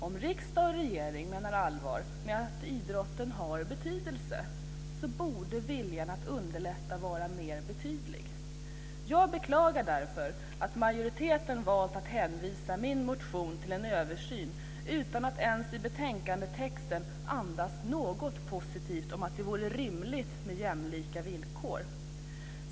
Om riksdag och regering menar allvar med att idrotten har betydelse, borde viljan att underlätta vara mer betydlig. Jag beklagar därför att majoriteten valt att hänvisa min motion till en översyn utan att i betänkandetexten ens andas något positivt om att det vore rimligt med jämlika villkor.